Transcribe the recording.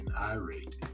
irate